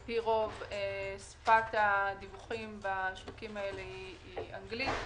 על פי רוב שפת הדיווחים בשווקים האלה היא אנגלית.